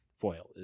foil